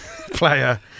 player